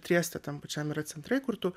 trieste tam pačiam yra centrai kur tu